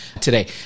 today